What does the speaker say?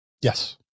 Yes